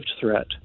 threat